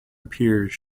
appears